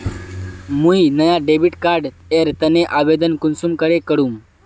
मुई नया debit card एर तने आवेदन कुंसम करे करूम?